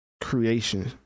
creation